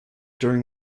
during